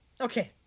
Okay